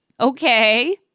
Okay